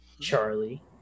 Charlie